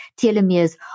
telomeres